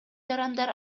жарандар